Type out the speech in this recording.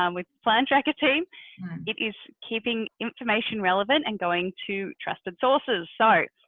um with plan tracker team it is keeping information relevant and going to trusted sources. so,